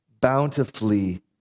bountifully